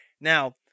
Now